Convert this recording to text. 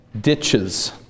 ditches